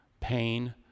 pain